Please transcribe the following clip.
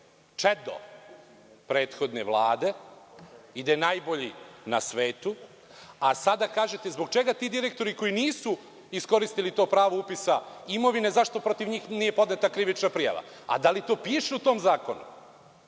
čedo prethodne Vlade i da je najbolji na svetu, a sada kažete zbog čega ti direktori, koji nisu iskoristili to pravo upisa imovine, zašto protiv njih nije podneta krivična prijava. Da li to piše u tom zakonu?